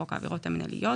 חוק העבירות המינהליות),